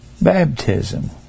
Baptism